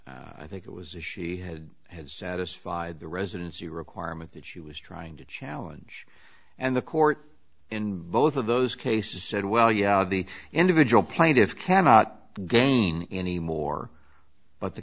litigated i think it was a she had had satisfied the residency requirement that she was trying to challenge and the court in both of those cases said well yeah the individual plaintiffs cannot gain anymore but the